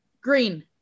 green